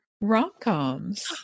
Rom-coms